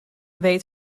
weet